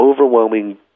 overwhelming